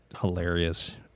hilarious